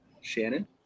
Shannon